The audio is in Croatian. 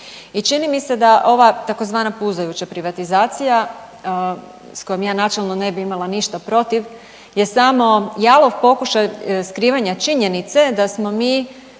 čini mi se da ova tzv. puzajuća privatizacija, s kojom ja načelno ne bi imala ništa protiv, je samo jalov pokušaj skrivanja činjenice da smo mi